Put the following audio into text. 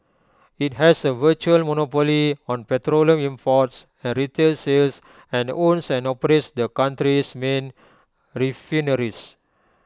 IT has A virtual monopoly on petroleum imports and retail sales and owns and operates their country's main refineries